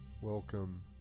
Welcome